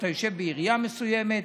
אתה יושב בעירייה מסוימת,